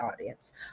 audience